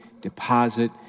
deposit